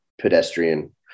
pedestrian